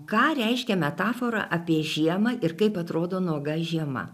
ką reiškia metafora apie žiemą ir kaip atrodo nuoga žiema